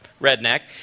redneck